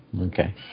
Okay